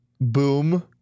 boom